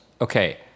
okay